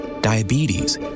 diabetes